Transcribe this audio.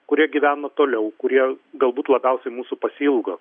kurie gyvena toliau kurie galbūt labiausiai mūsų pasiilgo